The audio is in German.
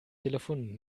telefon